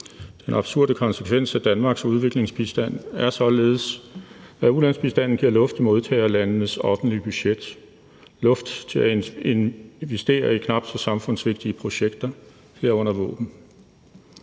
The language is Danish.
Den absurde konsekvens af Danmarks udviklingsbistand er således, at ulandsbistanden giver luft i modtagerlandenes offentlige budget – luft til at investere i knap så samfundsvigtige projekter, herunder våben.